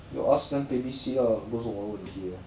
you ask them babysit ah 不是我的问题 leh